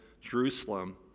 Jerusalem